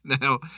Now